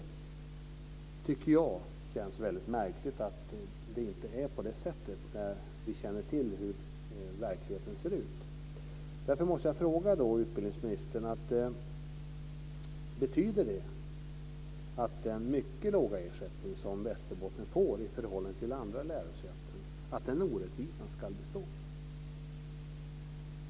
Jag tycker att det känns väldigt märkligt att det inte är på det sättet när vi känner till hur verkligheten ser ut. Västerbotten får i förhållande till andra lärosäten är en orättvisa som ska bestå?